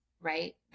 right